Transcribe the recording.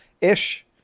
ish